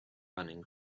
running